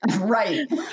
Right